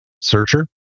searcher